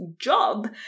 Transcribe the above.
job